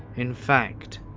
in fact,